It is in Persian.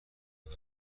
قبل